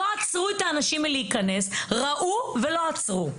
לא עצרו את האנשים מלהיכנס, ראו ולא עצרו.